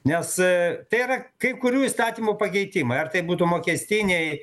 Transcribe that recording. nes tai yra kai kurių įstatymų pakeitimai ar tai būtų mokestiniai